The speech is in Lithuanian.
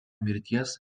mirties